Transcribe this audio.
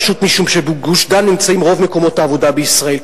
פשוט משום שבגוש-דן נמצאים רוב מקומות העבודה בישראל.